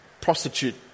prostitute